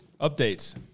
Updates